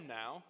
now